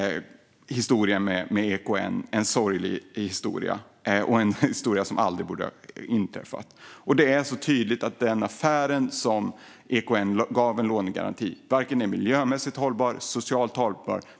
Historien med EKN är en sorglig historia som aldrig borde ha inträffat. Det är så tydligt att den affär som EKN gav en lånegaranti varken är miljömässigt hållbar eller socialt hållbar.